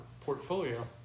portfolio